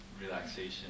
relaxation